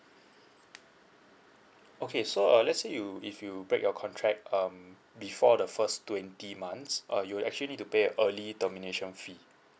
okay so err let's say you if you break your contract um before the first twenty months uh you actually need to pay a early termination fee